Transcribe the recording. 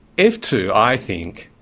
f two, i think,